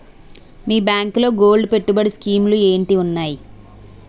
మీ బ్యాంకులో గోల్డ్ పెట్టుబడి స్కీం లు ఏంటి వున్నాయి?